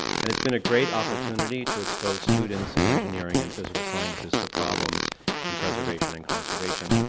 and it's been a great opportunity to expose students in engineering and physical sciences to problems in preservation and conservation.